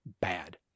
bad